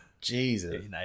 Jesus